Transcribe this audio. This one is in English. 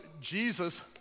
Jesus